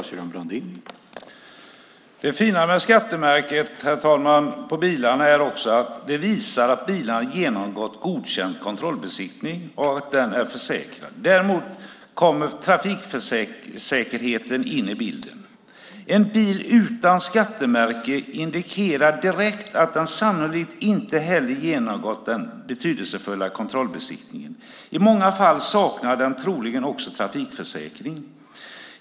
Herr talman! Det fina med skattemärket på bilarna är också att det visar att bilarna har genomgått godkänd kontrollbesiktning och att de är försäkrade. Där kommer trafiksäkerheten in i bilden. En bil utan skattemärke indikerar direkt att den sannolikt inte heller har genomgått den betydelsefulla kontrollbesiktningen. I många fall saknar den troligen också trafikförsäkring.